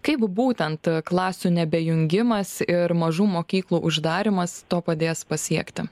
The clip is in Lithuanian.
kaip būtent klasių nebejungimas ir mažų mokyklų uždarymas to padės pasiekti